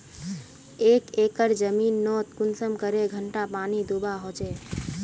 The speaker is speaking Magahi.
एक एकर जमीन नोत कुंसम करे घंटा पानी दुबा होचए?